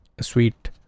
sweet